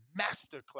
masterclass